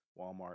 Walmart